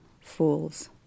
Fools